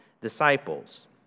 disciples